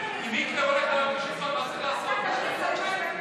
אבל הוא נאלץ לצאת לכמה דקות.